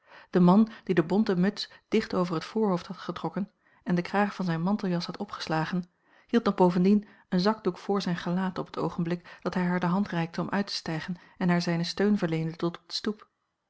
de man die de bonte muts dicht over het voorhoofd had getrokken en den kraag van zijne manteljas had opgeslagen hield nog bovendien een zakdoek vr zijn gelaat op het oogenblik dat hij haar de hand reikte om uit te stijgen en haar zijnen steun verleende tot op de stoep